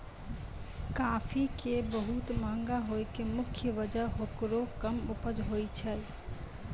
काफी के बहुत महंगा होय के मुख्य वजह हेकरो कम उपज होय छै